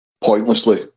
pointlessly